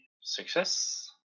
success